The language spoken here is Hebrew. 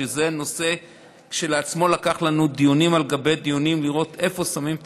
שזה כשלעצמו לקח לנו דיונים על גבי דיונים לראות איפה שמים את